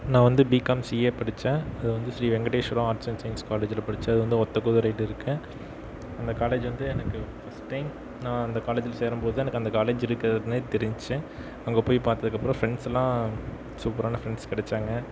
நான் வந்து BCom CA படித்தேன் அது வந்து Sri Venkateswara arts and science காலேஜில் படித்தேன் அது வந்து ஒற்றைக்குதிரை கிட்ட இருக்குது அந்த காலேஜ் வந்து எனக்கு ஃபஸ்ட் டைம் நான் அந்த காலேஜில் சேரும் போது தான் எனக்கு அந்த காலேஜ் இருக்கிறதுன்னே தெரிஞ்சிச்சு அங்கே போய் பார்த்ததுக்கு அப்புறம் ஃப்ரெண்ட்ஸ் எல்லாம் சூப்பரான ஃப்ரெண்ட்ஸ் கிடைச்சாங்க